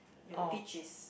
your peach is